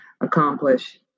accomplish